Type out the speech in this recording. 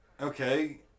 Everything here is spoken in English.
Okay